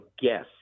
guess